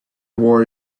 war